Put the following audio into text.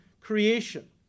creation